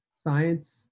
science